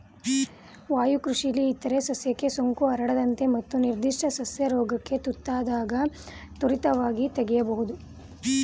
ವಾಯುಕೃಷಿಲಿ ಇತರ ಸಸ್ಯಕ್ಕೆ ಸೋಂಕು ಹರಡದಂತೆ ಮತ್ತು ನಿರ್ಧಿಷ್ಟ ಸಸ್ಯ ರೋಗಕ್ಕೆ ತುತ್ತಾದಾಗ ತ್ವರಿತವಾಗಿ ತೆಗಿಬೋದು